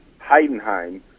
Heidenheim